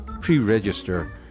pre-register